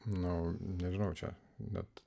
na nežinau čia net